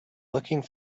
looking